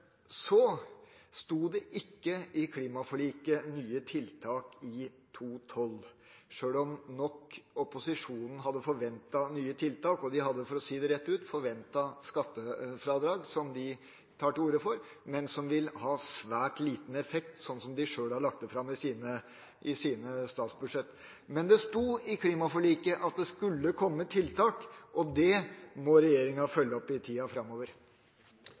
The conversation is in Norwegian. Så sto det ikke i klimaforliket «nye tiltak i 2012», selv om opposisjonen nok hadde forventet nye tiltak, og de hadde – for å si det rett ut – forventet skattefradrag, som de tar til orde for, men som vil ha svært liten effekt sånn som de selv har lagt det fram i sine statsbudsjett. Men det sto i klimaforliket at det skulle komme tiltak, og det må regjeringa følge opp i tiden framover.